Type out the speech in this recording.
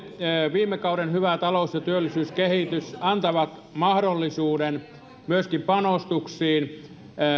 viime kauden hyvä talous ja työllisyyskehitys antaa mahdollisuuden myöskin panostuksiin